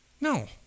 No